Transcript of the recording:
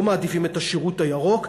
לא מעדיפים את השירות הירוק,